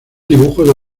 dibujo